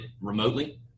remotely